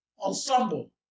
ensemble